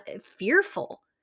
fearful